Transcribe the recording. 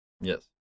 Yes